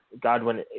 Godwin